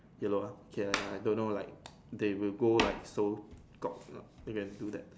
yellow ah okay I I don't know lah they will go like so cock lah they can do that